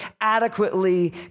adequately